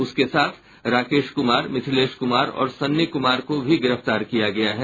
उसके साथ राकेश कुमार मिथिलेश कुमार और सन्नी कुमार को गिरफ्तार किया गया है